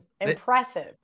impressive